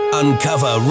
uncover